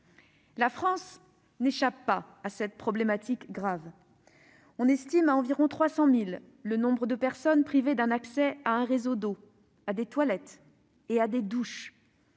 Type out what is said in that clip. La France n'échappe pas à cette problématique grave. On estime à environ 300 000 le nombre de personnes privées d'un accès à un réseau d'eau, à des toilettes et à des douches.